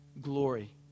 glory